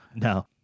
No